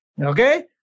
Okay